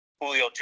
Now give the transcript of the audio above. Julio